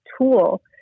tool